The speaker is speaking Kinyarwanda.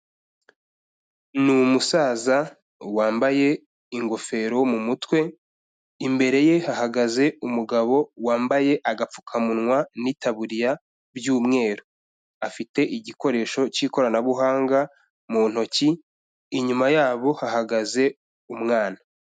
Ni umusaza wambaye ingofero mu mutwe, imbere ye hahagaze umugabo wambaye agapfukamunwa n'itaburiya by'umweru. Afite igikoresho cy'ikoranabuhanga mu ntoki, inyuma yabo hahagaze umwana.